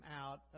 out